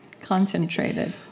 Concentrated